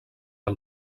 del